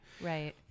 right